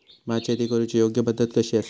भात शेती करुची योग्य पद्धत कशी आसा?